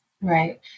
Right